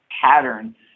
pattern